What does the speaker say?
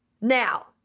now